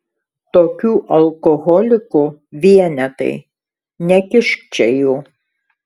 tokių alkoholikų vienetai nekišk čia jų